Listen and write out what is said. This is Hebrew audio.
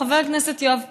חבר הכנסת יואב קיש,